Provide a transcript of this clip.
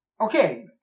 Okay